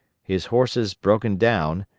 his horses broken down,